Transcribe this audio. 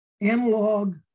analog